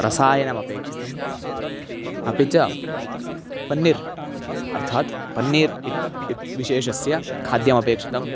रसायनमपेक्षितम् अपि च पन्नीर् अर्थात् पन्नीर् इत् इत् विशेषस्य खाद्यमपेक्षितम्